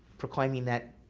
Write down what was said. proclaiming that,